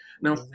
Now